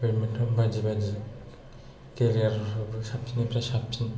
badminton बायदि बायदि गेलेग्रफोरखौ साबसिननिफ्राय साबसिन